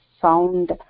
sound